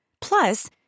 Plus